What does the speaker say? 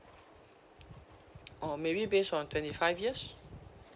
or maybe based on twenty five years